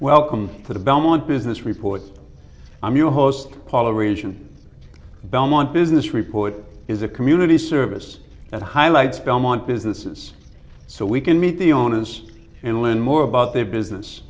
welcome to the belmont business reports i'm your host paulo region belmont business report is a community service that highlights belmont businesses so we can meet the owners and learn more about their business